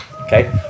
Okay